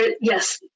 yes